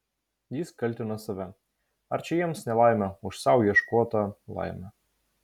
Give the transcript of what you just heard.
jis kaltino save ar čia jiems nelaimė už sau ieškotą laimę